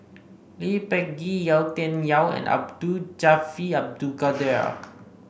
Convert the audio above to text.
Lee Peh Gee Yau Tian Yau and Abdul Jalil Abdul Kadir